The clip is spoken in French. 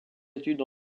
études